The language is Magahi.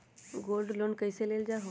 गोल्ड लोन कईसे लेल जाहु?